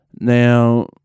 Now